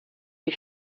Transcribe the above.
die